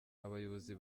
abayobozi